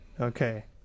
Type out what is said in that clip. Okay